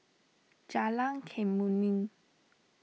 Jalan Kemuning